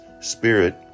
Spirit